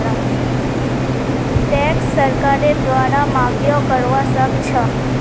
tax सरकारेर द्वारे माफियो करवा सख छ